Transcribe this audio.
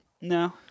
No